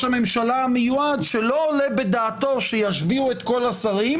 הממשלה המיועד שלא עולה בדעתו שישביעו את כל השרים,